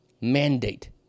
mandate